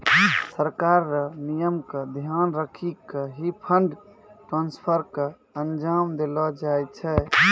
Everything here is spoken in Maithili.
सरकार र नियम क ध्यान रखी क ही फंड ट्रांसफर क अंजाम देलो जाय छै